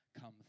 come